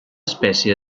espècie